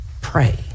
Pray